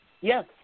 yes